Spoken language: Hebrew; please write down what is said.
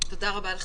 תודה רבה לך,